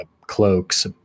cloaks